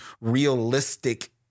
realistic